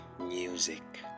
music